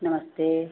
नमस्ते